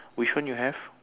which one you have